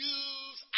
use